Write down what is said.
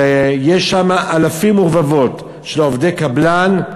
שיש שם אלפים ורבבות של עובדי קבלן.